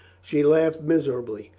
she laughed miserably.